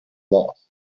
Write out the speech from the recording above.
loss